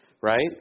right